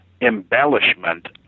embellishment